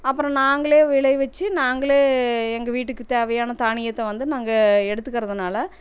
அப்புறம் நாங்களே விளைவித்து நாங்களே எங்கள் வீட்டுக்கு தேவையான தானியத்தை வந்து நாங்கள் எடுத்துக்கிறதுனால